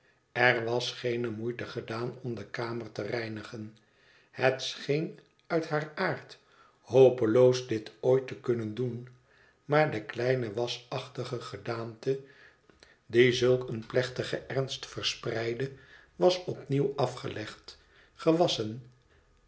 er was geene moeite gedaan om de kamer te reinigen het scheen uit haar aard hopeloos dit ooit te kunnen doen maar de kleine wasachtige gedaante die zulk een plechtigen ernst verspreidde was opnieuw afgelegd gewasschen